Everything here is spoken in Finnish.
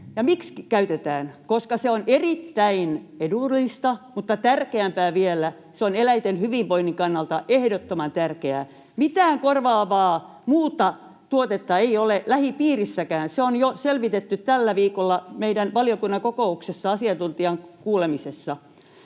miksi käytetään? Koska se on erittäin edullista, mutta tärkeämpää vielä, se on eläinten hyvinvoinnin kannalta ehdottoman tärkeää. Mitään korvaavaa muuta tuotetta ei ole lähipiirissäkään. Se on jo selvitetty tällä viikolla meidän valiokunnan kokouksessa asiantuntijakuulemisessa.